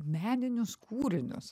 meninius kūrinius